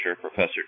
Professor